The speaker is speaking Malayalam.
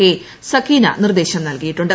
കെ സക്കീന നിർദ്ദേശം നൽകിയിട്ടുണ്ട്